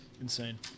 Insane